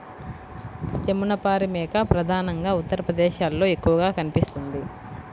జమునపారి మేక ప్రధానంగా ఉత్తరప్రదేశ్లో ఎక్కువగా కనిపిస్తుంది